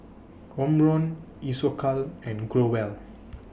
Omron Isocal and Growell